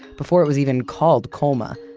before it was even called colma.